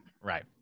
Right